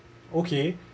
okay